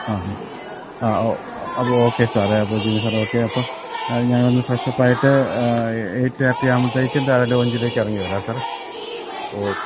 ആ ഹ ആ ഓ അപ്പോള് ഓക്കെ സാറേ അപ്പോള് ജിനു സാറേ ഓക്കെ അപ്പോള് ഞാനൊന്ന് ഫ്രഷ് അപ് ആയിട്ട് എയ്റ്റ് തേർട്ടി ആകുമ്പോഴത്തേക്കും താഴെ ലോഞ്ചിലേക്കിറങ്ങി വരാം സാറേ ഓക്കെ